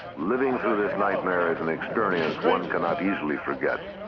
living through this nightmare is an experience one cannot easily forget.